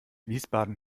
wiesbaden